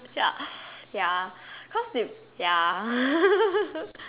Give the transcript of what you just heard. ya ya cause they ya